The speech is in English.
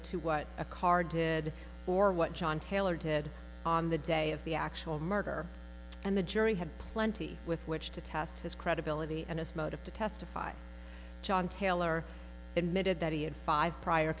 to what a car did or what john taylor did on the day of the actual murder and the jury had plenty with which to test his credibility and his motive to testify john taylor admitted that he had five prior